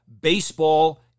baseball